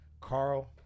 Carl